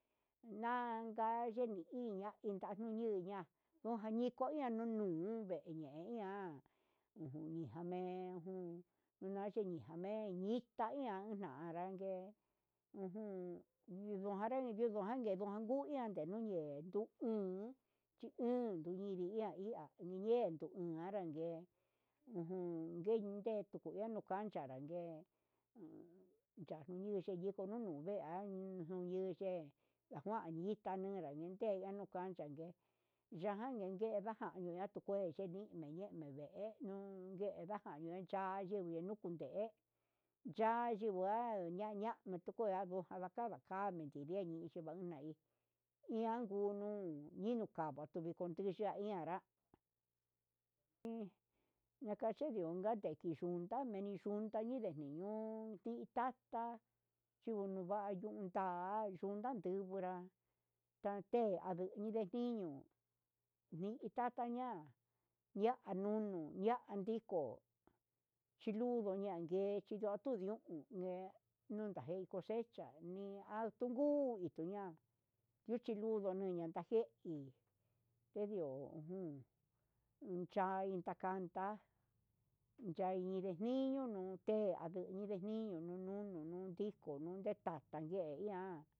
Nanka yeni iña'a inda niu ña'a oja niko nia nunu veñe iha ujun menjun najeniame ñe'e ita nia, nana anrangue jun nunru rangue nunru anre yuan kuu yani ni'e ye'e ndu uun chiun nucheri iha iin ta niyen nunanrangue ye'e ujun ngueye tukanuu ka'a, kanchanrague huu ñayuchu niño ñonuu vea nuyun ye'e njuanñita enunga nreya nukancha ye najan yeyenga, jan niña kué yenime'e ñeme ennuu yenga nun cha'a yeni nundé ya'a yingua yañan tukue nanguo jalaka kame nundedio, inchi van ngue ian ngunuu ninu katuu ian anaraya iin nakache xhiun ndameniyun ndañeni nunu nitata yunva'a niunta ta yunka tivinrá, tate anduniñe ñiñuu ni i tata ña'a ya'a nunu ya'a ndiko chí lunduu ndanngue yindia tunuu ungue anja ngue xecha'a, nii atungui ña'a lichiluduu yanda jé ediu nunui nuche ndakanda, yai inré niño'o uun te ndini niño'o eun ndito nitata ye ian.